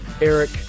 Eric